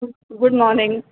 good morning